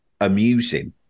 amusing